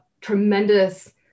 tremendous